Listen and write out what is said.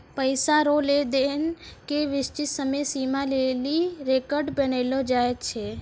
पैसा रो लेन देन के निश्चित समय सीमा लेली रेकर्ड बनैलो जाय छै